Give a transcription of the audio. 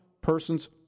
person's